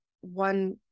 one